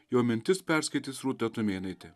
jo mintis perskaitys rūta tumėnaitė